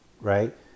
right